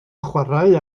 chwarae